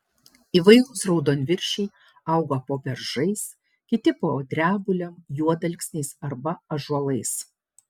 įvairūs raudonviršiai auga po beržais kiti po drebulėm juodalksniais arba ąžuolais